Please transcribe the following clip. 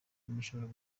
dushobora